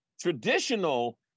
traditional